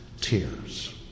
tears